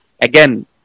again